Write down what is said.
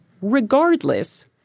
Regardless